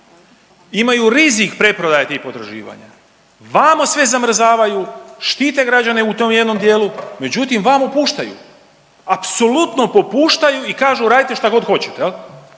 imaju rizik preprodaje tih potraživanja, vamo sve zamrzavaju, štite građane u tom jednom dijelu, međutim vamo puštaju, apsolutno popuštaju i kažu radite šta god hoćete.